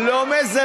אני לא מזלזל,